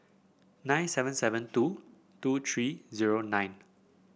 nine seven seven two two three zero nine